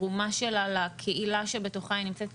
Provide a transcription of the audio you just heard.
התרומה שלה לקהילה שבתוכה היא נמצאת,